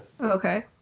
Okay